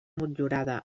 motllurada